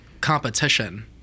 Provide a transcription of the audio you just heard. competition